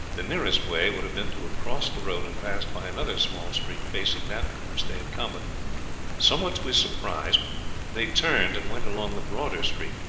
the nearest way would have been to have crossed the road and passed by another small street facing that from which they had come, but somewhat to his surprise they turned and went along the broader street.